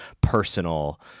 personal